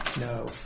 no